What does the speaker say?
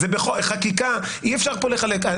בחקיקה אי אפשר כאן לחלק.